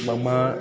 मम